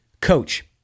coach